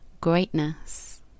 greatness